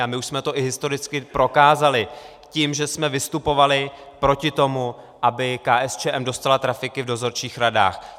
A my už jsme to i historicky prokázali tím, že jsme vystupovali proti tomu, aby KSČM dostala trafiky v dozorčích radách.